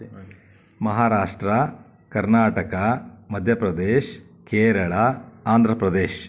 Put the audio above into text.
Maharashtra Karnataka Madhya Pradesh Kerala Andhra Pradesh